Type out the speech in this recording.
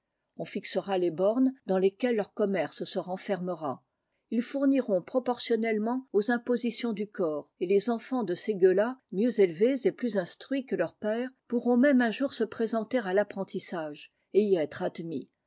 on fixera les bornes dans lesquelles leur commerce se renfermera ils fourniront proportionnellement aux impositions du corps et les enfants de ces gueux-là mieux élevés et plus instruits que leurs pères pourront même un jour se présenter à l'apprentissage et y être admis